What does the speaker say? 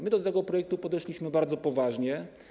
My do tego projektu podeszliśmy bardzo poważnie.